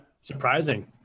surprising